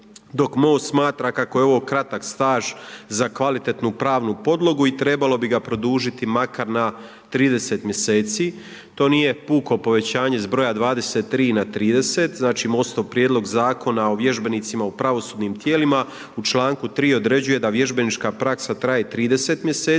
dok Most smatra kako je ovo kratak staž za kvalitetnu pravnu podlogu i trebalo bi ga produžiti makar na 30 mjeseci. To nije puko povećanje s broja 23 na 30, znači Mostov prijedlog zakona o vježbenicima u pravosudnim tijelima u članku 3. određuje da vježbenička praksa traje 30 mjeseci